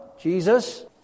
Jesus